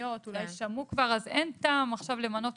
ההזדמנות